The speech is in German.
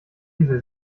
diese